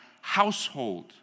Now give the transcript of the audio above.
household